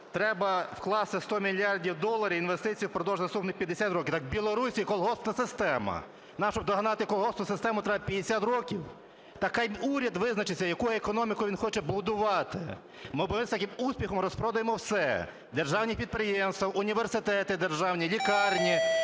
треба вкласти 100 мільярдів доларів інвестицій впродовж наступних 50 років. Так в Білорусі колгоспна система. Нам, щоб догнати колгоспну систему, треба 50 років? То нехай уряд визначиться, яку економіку він хоче будувати. Ми з таким успіхом розпродаємо все: державні підприємства, університети державні, лікарні